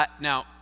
Now